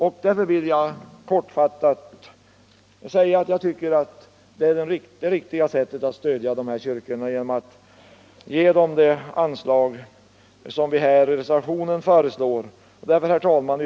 Bidrag ur kyrkofon Jag anser att det riktiga sättet att stödja dessa kyrkor är att ge dem den till vissa anslag på det sätt som vi föreslår i reservationen.